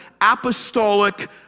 apostolic